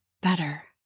better